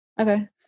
Okay